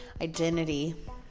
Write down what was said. identity